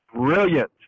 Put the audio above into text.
brilliant